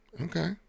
Okay